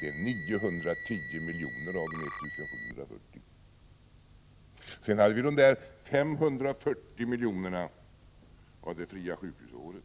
Det är 910 milj.kr. av de 1 740. Sedan har vi 540 milj.kr. från det fria sjukhusåret.